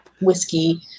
whiskey